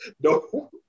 no